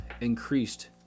increased